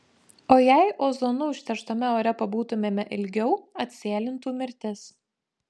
o jei ozonu užterštame ore pabūtumėme ilgiau atsėlintų mirtis